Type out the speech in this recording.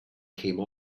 came